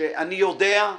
שאני יודע.